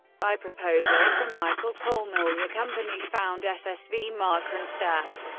by proposal from michael kolmel, the company found ssv markranstadt,